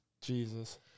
Jesus